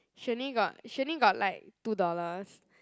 she only got she only got like two dollars